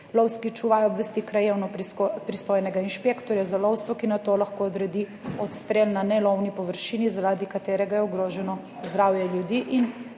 Lovski čuvaj obvesti krajevno pristojnega inšpektorja za lovstvo, ki nato lahko odredi odstrel na nelovni površini, zaradi katerega je ogroženo zdravje ljudi in